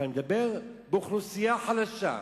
אבל אני מדבר באוכלוסייה חלשה,